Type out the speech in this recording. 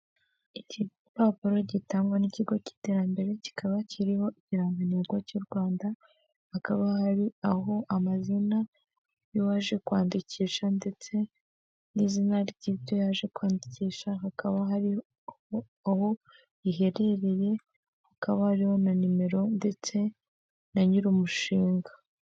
Ikigaragara iyi ni ifoto yifashishwa mu kwamamaza ya Rwanda reveni otoriti yerekana ko ugomba kwishyura imisoro n'amahoro, bitarenze itariki mirongo itatu n'imwe z'ukwa cumi n'abiri bibiri na makumyabiri na kane.